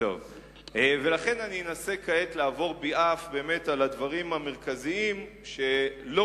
אני אנסה כעת לעבור ביעף על הדברים המרכזיים שלא